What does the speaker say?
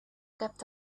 kept